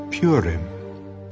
Purim